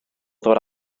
ddod